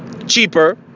Cheaper